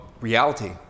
reality